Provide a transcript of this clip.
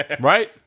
Right